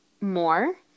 more